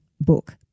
book